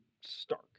stark